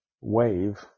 wave